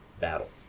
battle